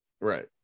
Right